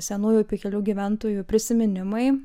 senųjų pikelių gyventojų prisiminimai